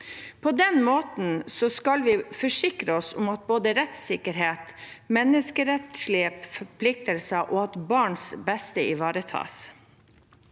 På den måten skal vi forsikre oss om at både rettssikkerhet, menneskerettslige forpliktelser og barns beste ivaretas.